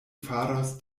faros